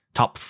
top